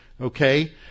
Okay